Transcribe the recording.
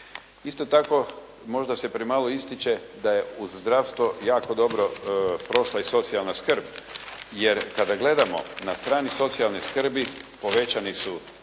Isto tako, možda se premalo ističe da je uz zdravstvo jako dobro prošla i socijalna skrb. Jer kad gledamo na strani socijalne skrbi povećani su